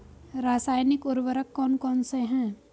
रासायनिक उर्वरक कौन कौनसे हैं?